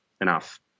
enough